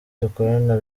dukorana